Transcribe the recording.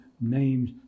name's